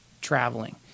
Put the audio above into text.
traveling